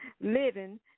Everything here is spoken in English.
living